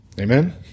Amen